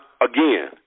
again